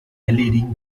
erledigen